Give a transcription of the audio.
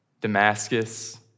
Damascus